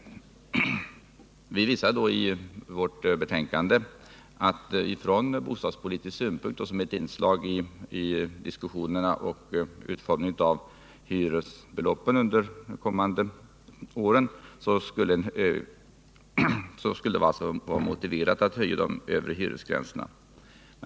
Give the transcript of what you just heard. Vi visar i vårt betänkande att det ur bostadspolitisk synpunkt och som ett inslag i diskussionerna om utformningen av hyresbeloppen under de kommande åren skulle vara motiverat att höja de övre hyresgränserna.